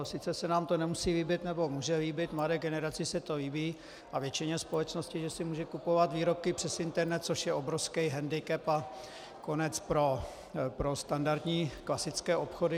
Sice se nám to nemusí líbit, nebo může líbit, mladé generaci se to líbí a většině společnosti, že si může kupovat výrobky přes internet, což je obrovský hendikep a konec pro standardní klasické obchody.